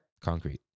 concrete